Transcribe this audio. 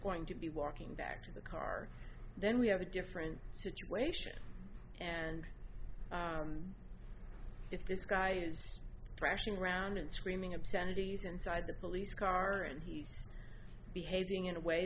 going to be walking back to the car then we have a different situation and if this guy is thrashing around and screaming obscenities inside the police car and he's behaving in a way